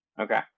Okay